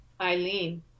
Eileen